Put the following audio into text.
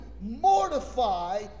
mortify